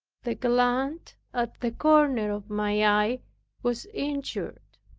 the gland at the corner of my eye was injured.